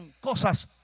cosas